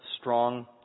strong